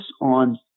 on